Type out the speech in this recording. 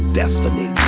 destiny